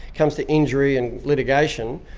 comes to injury and litigation,